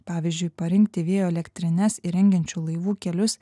pavyzdžiui parinkti vėjo elektrines įrengiančių laivų kelius